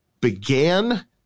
began